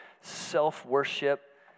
Self-worship